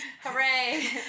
hooray